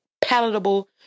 palatable